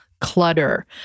clutter